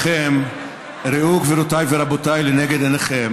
ראו, גבירותיי ורבותיי, לנגד עיניכם